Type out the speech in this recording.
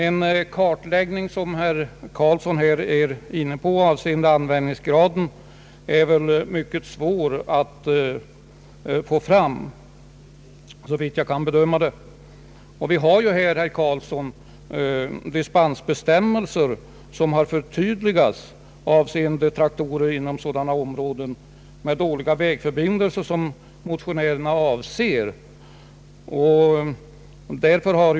En kartläggning över användningsgraden, som herr Eric Carlsson är inne på, torde såvitt jag kan bedöma vara mycket svår att få fram. Vi har ju, herr Carlsson, dispensbestämmelser, som förtydligats avseende traktorer som används i områden med dåliga vägförbindelser, alltså sådana traktorer som motionärerna avser.